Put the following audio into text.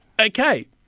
okay